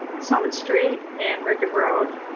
summit street and rickett road,